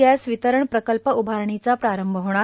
gas वितरण प्रकल्प उभारणीचा प्रारंभ होणार